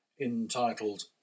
entitled